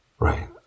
Right